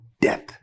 death